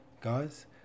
guys